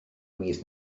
mis